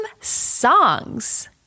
songs